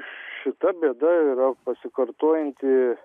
šita bėda yra pasikartojanti